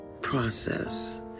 process